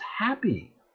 happy